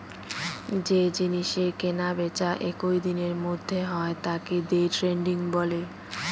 যে জিনিসের কেনা বেচা একই দিনের মধ্যে হয় তাকে দে ট্রেডিং বলে